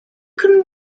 can